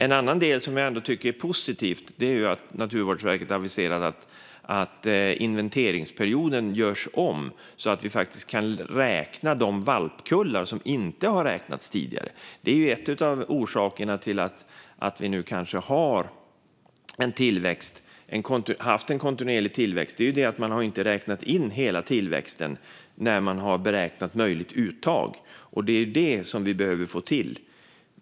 En annan sak som jag tycker är positiv är att Naturvårdsverket har aviserat att inventeringsperioden ska göras om så att vi faktiskt kan räkna de valpkullar som inte har räknats tidigare. Detta är kanske en av orsakerna till att vi nu har haft en kontinuerlig tillväxt: Man har inte räknat in hela tillväxten när man har beräknat möjligt uttag. Det är detta vi behöver få till.